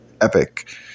Epic